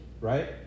right